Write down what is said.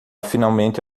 finalmente